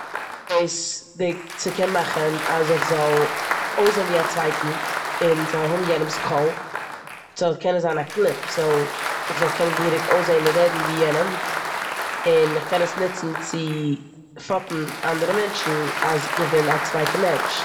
ס'קען מאכן אז איך זאל אויסזען ווי א צווייטן און ס'זאל האבן יענעמס קול און ס'זאל קענען זיין א קליפ סאו כ'זאל קענען אויסזען און רעדן ווי יענעם און כ'קען עס נוצן צו פאפן אנדערע מענטשן אז איך בין א צווייטע מענטש.